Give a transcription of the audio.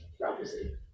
prophecy